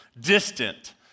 distant